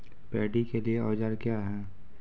Paddy के लिए औजार क्या हैं?